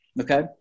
Okay